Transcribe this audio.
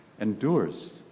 endures